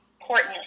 important